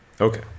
okay